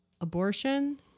abortion